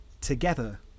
together